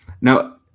Now